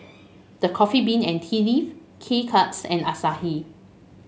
The Coffee Bean and Tea Leaf K Cuts and Asahi